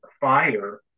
fire